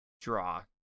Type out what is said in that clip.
draw